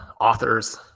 authors